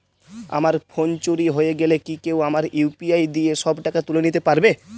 আমার ফোন চুরি হয়ে গেলে কি কেউ আমার ইউ.পি.আই দিয়ে সব টাকা তুলে নিতে পারবে?